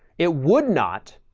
it would not,